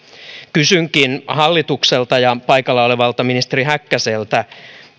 kysynkin hallitukselta ja paikalla olevalta ministeri häkkäseltä